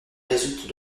résulte